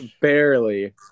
Barely